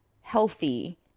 healthy